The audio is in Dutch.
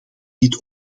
dit